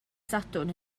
sadwrn